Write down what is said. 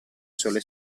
sole